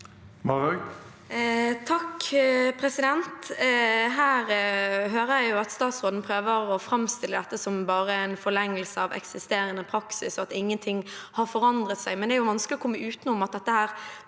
(R) Her hører jeg at stats- råden prøver å framstille dette som bare en forlengelse av eksisterende praksis, og at ingenting har forandret seg, men det er jo vanskelig å komme utenom at dette